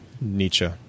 Nietzsche